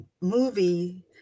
movie